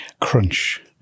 crunch